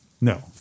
No